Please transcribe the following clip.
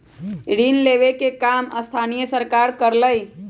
ऋण लेवे के काम स्थानीय सरकार करअलई